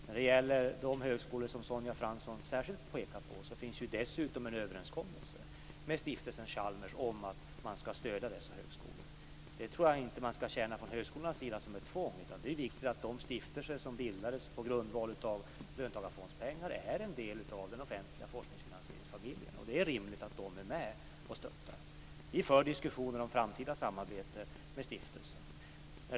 När det gäller de högskolor som Sonja Fransson särskilt pekar på finns det dessutom en överenskommelse med Stiftelsen Chalmers om att man skall stödja dessa högskolor. Det tror jag inte att man från högskolan skall känna som ett tvång, utan det är viktigt att de stiftelser som bildades på grundval av löntagarfondspengar är en del av den offentliga forskningsfinansieringsfamiljen. Det är därför rimligt att de är med och stöttar. Vi för diskussioner om framtida samarbete med stiftelsen.